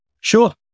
Sure